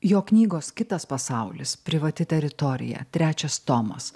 jo knygos kitas pasaulis privati teritorija trečias tomas